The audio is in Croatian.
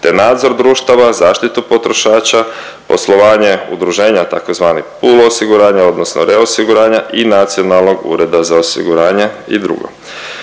te nadzor društava, zaštitu potrošača, poslovanje udruženja tzv. POOL osiguranja odnosno reosiguranja i nacionalnog ureda za osiguranje i drugo.